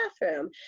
bathroom